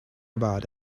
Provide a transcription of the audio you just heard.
about